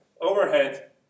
overhead